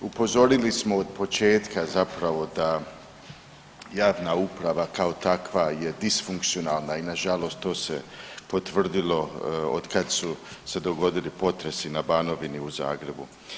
Upozorili smo od početka zapravo da jadna uprava kao takva je disfunkcionalna i nažalost to se potvrdilo od kad su se dogodili potresi na Banovini i u Zagrebu.